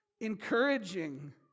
encouraging